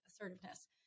assertiveness